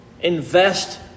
Invest